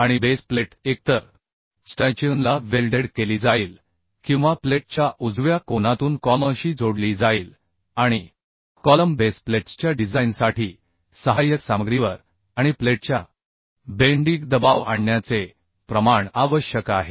आणि base plate एकतर स्टँचिऑनला वेल्डेड केली जाईल किंवा प्लेटच्या उजव्या कोनातून कॉलमशी जोडली जाईल आणि कॉलम बेस प्लेट्सच्या डिझाइनसाठी सहाय्यक सामग्रीवर आणि प्लेटच्या बेन्डीग दबाव आणण्याचे प्रमाण आवश्यक आहे